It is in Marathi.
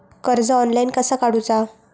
कर्ज ऑनलाइन कसा काडूचा?